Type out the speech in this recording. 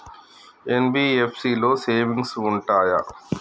NBFC లో savings ఉంటయా?